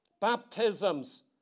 baptisms